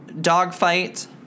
dogfight